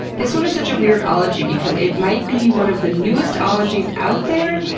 this one is such a weird ology because it might be one of the newest ologies out there,